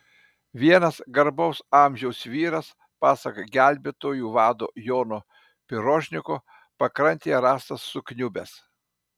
vienas garbaus amžiaus vyras pasak gelbėtojų vado jono pirožniko pakrantėje rastas sukniubęs